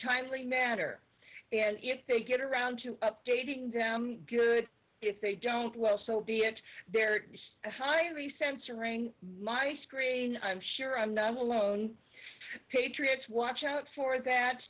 timely manner and if they get around to updating them good if they don't well so be it there is a high degree censoring my screen i'm sure i'm not alone patriots watch out for that